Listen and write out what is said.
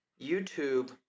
YouTube